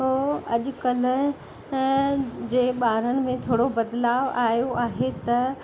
उहो अॼुकल्ह जे ॿारन में थोरो बदिलाउ आहियो आहे त